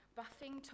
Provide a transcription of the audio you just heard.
buffing